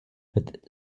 with